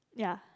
ya